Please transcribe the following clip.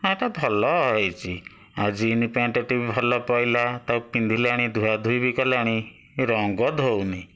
ହଁ ଏଇଟା ଭଲ ହେଇଛି ଆଉ ଜିନ୍ସ ପ୍ୟାଣ୍ଟଟି ଭଲ ପଡ଼ିଲା ତାକୁ ପିନ୍ଧିଲାଣି ଧୁଆ ଧୁଇ ବି କଲାଣି ରଙ୍ଗ ଧୋଉନି